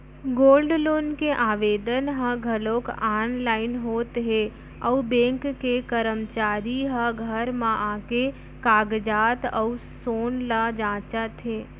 gold loan के आवेदन ह घलौक आनलाइन होत हे अउ बेंक के करमचारी ह घर म आके कागजात अउ सोन ल जांचत हे